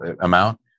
amount